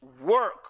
work